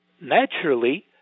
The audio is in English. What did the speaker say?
naturally